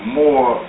more